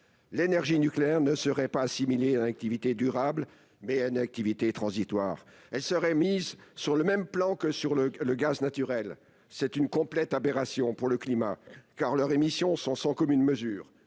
L'énergie nucléaire serait assimilée non pas à une activité durable, mais à une activité transitoire. Elle serait mise sur le même plan que le gaz naturel. C'est une complète aberration en ce qui concerne le climat, car les émissions sont sans commune mesure